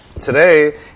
today